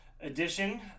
edition